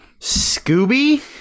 Scooby